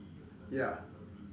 ya